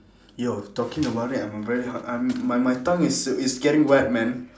yo talking about that I'm very hung~ I'm my my tongue is is getting wet man